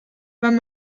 wenn